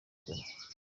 goma